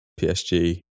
PSG